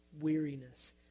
weariness